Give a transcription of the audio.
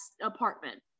apartment